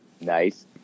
Nice